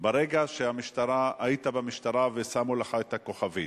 ברגע שהיית במשטרה ושמו לך את הכוכבית.